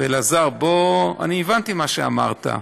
ואלעזר, אני הבנתי מה שאמרת,